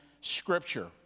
Scripture